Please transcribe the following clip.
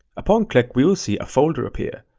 upon click, we will see a folder appear,